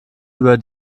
über